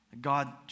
God